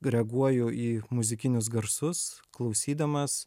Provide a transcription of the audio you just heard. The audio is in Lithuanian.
reaguoju į muzikinius garsus klausydamas